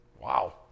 Wow